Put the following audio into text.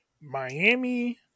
Miami